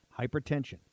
Hypertension